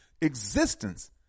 existence